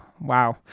wow